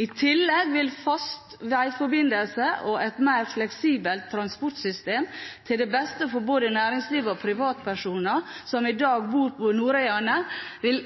I tillegg til fast vegforbindelse og et mer fleksibelt transportsystem til beste for både næringsliv og privatpersoner som i dag bor på Nordøyane, vil